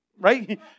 right